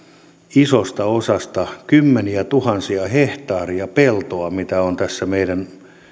isosta osasta kymmeniätuhansia hehtaareja peltoa mitä on tässä meidän